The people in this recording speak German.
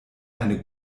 eine